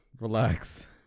relax